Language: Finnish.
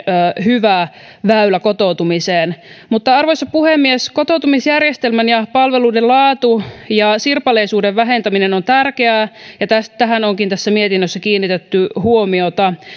hyvä väylä kotoutumiseen arvoisa puhemies kotoutumisjärjestelmän ja palveluiden laatu ja sirpaleisuuden vähentäminen on tärkeää ja tähän onkin tässä mietinnössä kiinnitetty huomiota